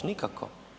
Nikako.